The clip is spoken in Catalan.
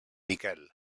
miquel